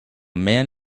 man